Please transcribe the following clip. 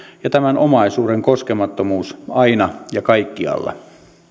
ja tämän omaisuuden koskemattomuus aina ja kaikkialla